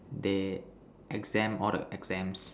they exempt all the exams